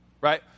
Right